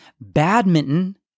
Badminton